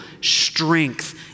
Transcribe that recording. strength